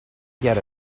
get